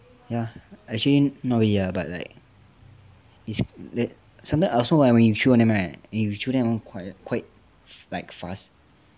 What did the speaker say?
ya actually not really ah but like it's that sometimes I also like when you chew on them right if you chew them quite quite like fast